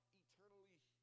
eternally